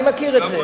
אני מכיר את זה.